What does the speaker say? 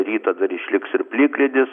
rytą dar išliks ir plikledis